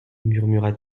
murmura